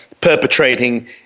perpetrating